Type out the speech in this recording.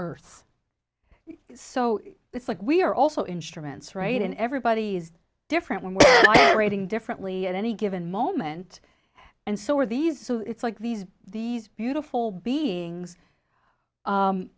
earth so it's like we are also instruments right and everybody is different rating differently at any given moment and so are these so it's like these these beautiful beings